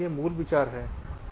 यह मूल विचार है